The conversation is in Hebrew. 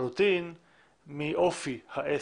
לחלוטין מאופי העסק.